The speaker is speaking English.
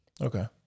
Okay